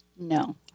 no